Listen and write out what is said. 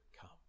come